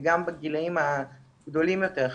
וגם בגילאים הגדולים יותר,